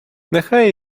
нехай